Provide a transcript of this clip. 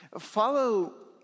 Follow